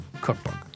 Cookbook